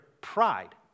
pride